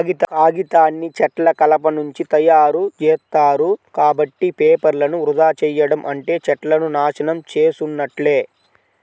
కాగితాన్ని చెట్ల కలపనుంచి తయ్యారుజేత్తారు, కాబట్టి పేపర్లను వృధా చెయ్యడం అంటే చెట్లను నాశనం చేసున్నట్లే